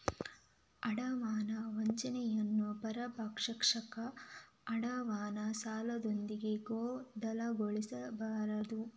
ಅಡಮಾನ ವಂಚನೆಯನ್ನು ಪರಭಕ್ಷಕ ಅಡಮಾನ ಸಾಲದೊಂದಿಗೆ ಗೊಂದಲಗೊಳಿಸಬಾರದು